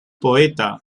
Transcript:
poeta